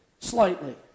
slightly